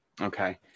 Okay